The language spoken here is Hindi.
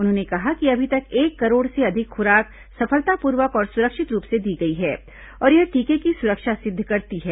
उन्होंने कहा कि अभी तक एक करोड़ से अधिक खुराक सफलतापूर्वक और सुरक्षित रूप से दी गई है और यह टीके की सुरक्षा सिद्ध करती है